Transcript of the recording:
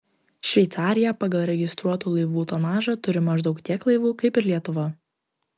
šveicarija pagal registruotų laivų tonažą turi maždaug tiek laivų kaip ir lietuva